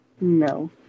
No